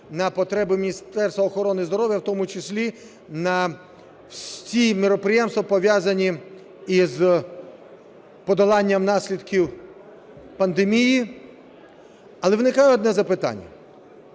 на потреби Міністерства охорони здоров'я, в тому числі на всі міроприємства, пов'язані із подоланням наслідків пандемії. Але виникає одне запитання: